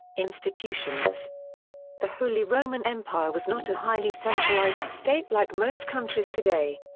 institutions the holy roman empire was not a highly centralized state like most countries today.